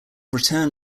return